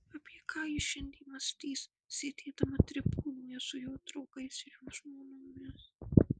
apie ką ji šiandien mąstys sėdėdama tribūnoje su jo draugais ir jų žmonomis